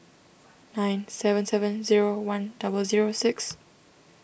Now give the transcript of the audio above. nine seven seven zero one double zero six